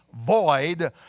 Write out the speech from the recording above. void